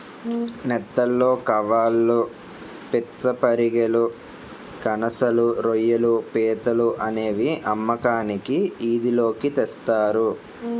నెత్తళ్లు కవాళ్ళు పిత్తపరిగెలు కనసలు రోయ్యిలు పీతలు అనేసి అమ్మకానికి ఈది లోకి తెస్తారు